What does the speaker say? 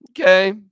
Okay